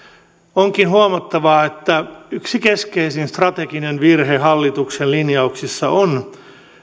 onkin huomattava että yksi keskeisin strateginen virhe hallituksen linjauksissa on